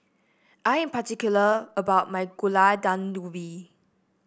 I am particular about my Gulai Daun Ubi